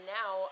now